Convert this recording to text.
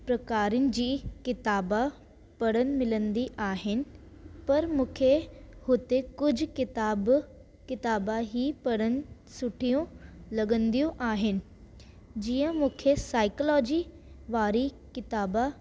प्रकारनि जी किताब पढ़णु मिलंदी आहिनि पर मूंखे हुते कुझु किताब किताब ई पढ़णु सुठियूं लॻंदियूंं आहिनि जीअं मूंखे साइकलॉजी वारी किताब